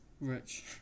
Rich